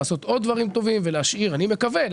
לעשות עוד דברים טובים כדי להשאיר אחריי